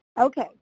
Okay